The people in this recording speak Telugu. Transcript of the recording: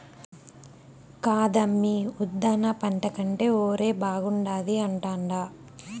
కాదమ్మీ ఉద్దాన పంట కంటే ఒరే బాగుండాది అంటాండా